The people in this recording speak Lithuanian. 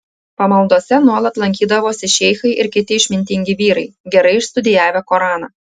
pamaldose nuolat lankydavosi šeichai ir kiti išmintingi vyrai gerai išstudijavę koraną